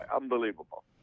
Unbelievable